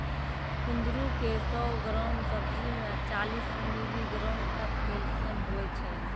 कुंदरू के सौ ग्राम सब्जी मे चालीस मिलीग्राम तक कैल्शियम हुवै छै